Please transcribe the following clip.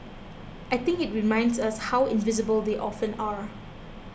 I think it reminds us how invisible they often are